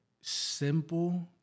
Simple